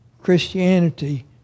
Christianity